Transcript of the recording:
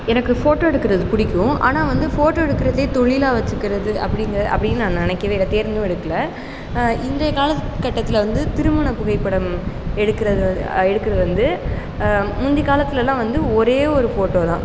எனக்கு ஃபோட்டோ எடுக்கிறது பிடிக்கும் ஆனால் வந்து ஃபோட்டோ எடுக்கிறதையே தொழிலாக வச்சுக்கிறது அப்படிங்க அப்படின்னு நான் நினைக்கவே இல்லை தேர்ந்தும் எடுக்கலை இன்றைய காலகட்டத்தில் வந்து திருமண புகைப்படம் எடுக்கிறது எடுக்கிறது வந்து முந்தைய காலத்திலலாம் வந்து ஒரே ஒரு ஃபோட்டோதான்